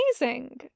amazing